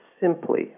simply